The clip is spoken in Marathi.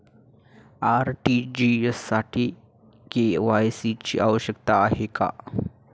आर.टी.जी.एस साठी के.वाय.सी ची आवश्यकता आहे का?